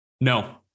No